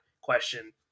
question